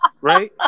right